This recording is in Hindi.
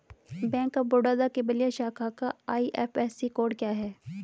बैंक ऑफ बड़ौदा के बलिया शाखा का आई.एफ.एस.सी कोड क्या है?